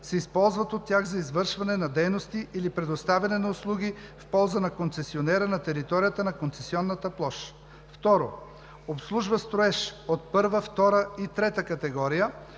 се използват от тях за извършване на дейности или предоставяне на услуги в полза на концесионера на територията на концесионната площ; 2. обслужва строеж от първа, втора и трета категория